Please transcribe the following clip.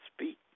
speak